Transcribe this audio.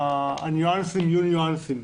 הניואנסים יהיו ניואנסים,